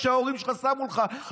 כשההורים שלך שמו לך,